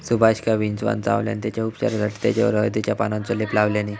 सुभाषका विंचवान चावल्यान तेच्या उपचारासाठी तेच्यावर हळदीच्या पानांचो लेप लावल्यानी